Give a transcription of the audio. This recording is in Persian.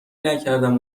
نکردم